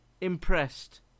impressed